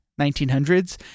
1900s